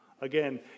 Again